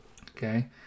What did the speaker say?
Okay